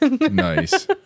Nice